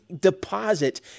deposit